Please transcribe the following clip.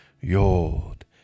Yod